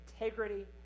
integrity